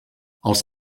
els